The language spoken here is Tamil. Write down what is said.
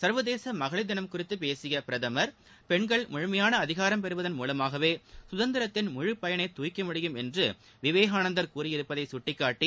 சர்வதேச மகளிர் தினம் குறித்து பேசிய அவர் பெண்கள் முழுமையாள அதிகாரம் பெறுவதன் மூலமாகவே கதந்திரத்தின் முழுப்பயனை துப்க்க முடியும் என்று விவேகானந்தர் கூறியிருப்பதை கட்டிக்காட்டி